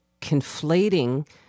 conflating